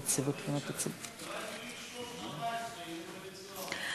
אולי בגיל 14 הוא יהיה בבית-סוהר,